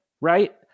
right